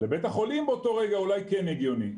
לבית החולים באותו רגע אולי כן הגיוני.